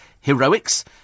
heroics